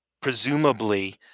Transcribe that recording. presumably